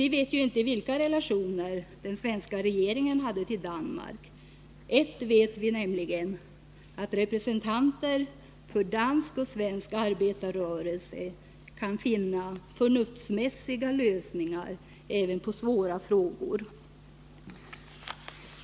Vi vet inte vilka relationer den svenska regeringen hade till Danmark. Ett vet vi, att representanter för dansk och svensk arbetarrörelse kan finna förnuftsmässiga lösningar även på svåra problem.